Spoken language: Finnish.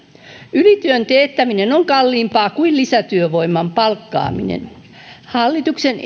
ylityön teettäminen on kalliimpaa kuin lisätyövoiman palkkaaminen hallituksen